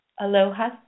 Aloha